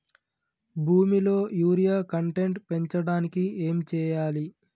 భూమిలో urea content పెంచడానికి ఏం చేయాలి?